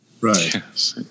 Right